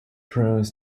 prunes